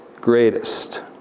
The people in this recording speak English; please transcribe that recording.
greatest